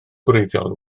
gwreiddiol